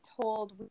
told